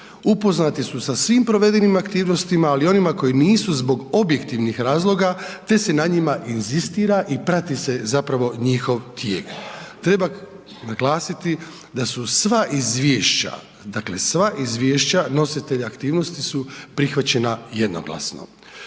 upoznati su sa svim provedenim aktivnostima ali i onima koji nisu zbog objektivnih razloga te se na njima inzistira i prati se zapravo njihov tijek. Treba naglasiti da su sva izvješća, dakle sva izvješća nositelja aktivnosti su prihvaćena jednoglasno.